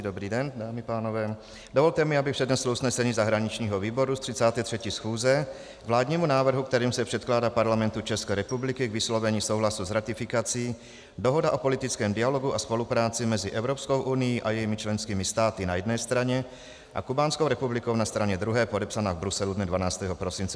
Dobrý den, dámy, pánové, dovolte mi, abych přednesl usnesení zahraničního výboru z 33. schůze k vládnímu návrhu, kterým se předkládá Parlamentu České republiky k vyslovení souhlasu s ratifikací Dohoda o politickém dialogu a spolupráci mezi Evropskou unií a jejími členskými státy na jedné straně a Kubánskou republikou na straně druhé, podepsaná v Bruselu dne 12. prosince 2016.